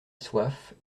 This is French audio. soif